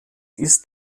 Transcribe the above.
ist